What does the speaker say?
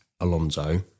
Alonso